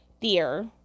dear